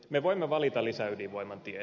me voimme valita lisäydinvoiman tien